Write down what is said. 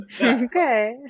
okay